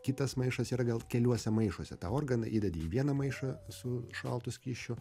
kitas maišas yra gal keliuose maišuose tą organą įdedi į vieną maišą su šaltu skysčiu